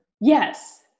Yes